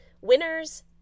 winners